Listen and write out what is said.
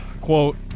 quote